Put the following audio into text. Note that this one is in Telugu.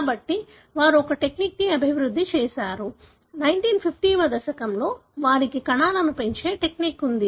కాబట్టి వారు ఒక టెక్నిక్ను అభివృద్ధి చేశారు 1950 వ దశకంలో వారికి కణాలను పెంచే టెక్నిక్ ఉంది